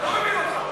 אני לא מבין אותך.